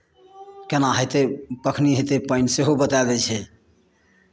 केना हेतै कखन हेतै पानि सेहो बता दै छै